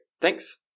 Thanks